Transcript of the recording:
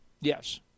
Yes